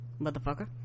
Motherfucker